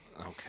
okay